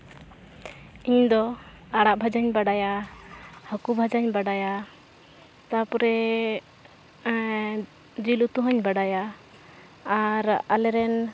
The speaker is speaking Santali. ᱤᱧᱫᱚ ᱟᱲᱟᱜ ᱵᱷᱟᱡᱟᱧ ᱵᱟᱲᱟᱭᱟ ᱦᱟᱹᱠᱩ ᱵᱷᱟᱡᱟᱧ ᱵᱟᱲᱟᱭᱟ ᱛᱟᱨᱯᱚᱨᱮ ᱡᱤᱞ ᱩᱛᱩ ᱦᱚᱸᱧ ᱵᱟᱲᱟᱭᱟ ᱟᱨ ᱟᱞᱮ ᱨᱮᱱ